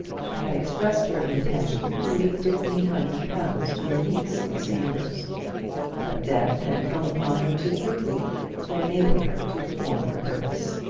she had expressed her intention to leave fifteen hundred pounds to her niece, miss amedroz but death had come upon her too quickly to enable her to perform her purpose.